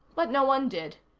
but no one did.